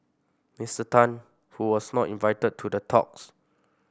Mister Tan who was not invited to the talks